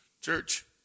church